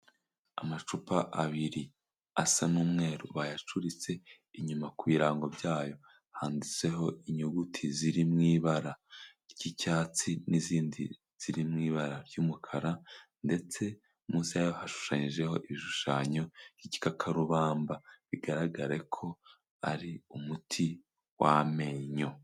Amacupa abiri asa n'umweru bayacuritse inyuma ku birango bya yo handitseho inyuguti ziri mu ibara ry'icyatsi n'izindi ziri mu ibara ry'umukara, ndetse munsi yazo hashushanyijeho ibishushanyo ry'igikakarubamba bigaragare ko ari umuti w'amenyo.